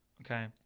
Okay